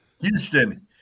Houston